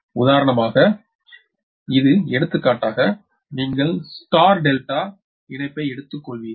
உதாரணமாக இது எடுத்துக்காட்டாக நீங்கள் நட்சத்திர டெல்டா இணைப்பை எடுத்துக்கொள்கிறீர்கள்